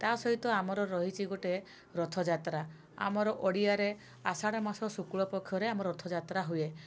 ତା' ସହିତ ଆମର ରହିଛି ଗୋଟେ ରଥଯାତ୍ରା ଆମର ଓଡ଼ିଆରେ ଆଷାଢ଼ ମାସ ଶୁକ୍ଳ ପକ୍ଷରେ ଆମ ରଥଯାତ୍ରା ହୁଏ